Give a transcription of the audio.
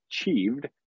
achieved